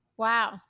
Wow